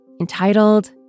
entitled